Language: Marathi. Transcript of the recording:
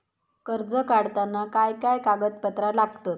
कर्ज काढताना काय काय कागदपत्रा लागतत?